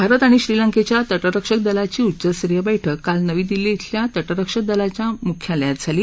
भारत आणि श्रीलंकेच्या तटरक्षक दलाची उच्चस्तरीय बैठक काल नवी दिल्ली इथल्या तटरक्षक दलाच्या मुख्यालयात झाली